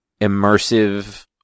immersive